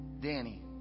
Danny